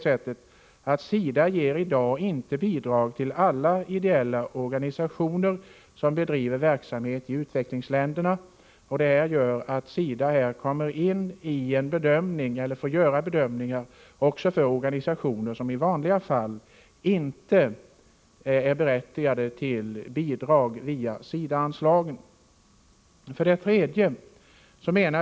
SIDA ger i dag inte bidrag till alla ideella organisationer som bedriver verksamhet i utvecklingsländerna. Detta medför att SIDA här skulle få göra bedömningar också för organisationer som i vanliga fall inte är berättigade till bidrag via SIDA-anslagen.